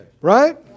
right